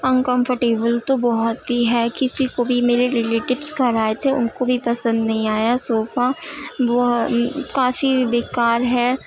uncomfortable تو بہت ہی کسی کو بھی میرے ریلیٹیوس گھر آئے تھے ان کو بھی پسند نہیں آیا صوفہ وہ کافی بیکار ہے